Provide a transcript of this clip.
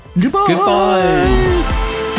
Goodbye